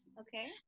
Okay